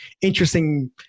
interesting